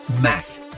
Matt